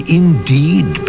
indeed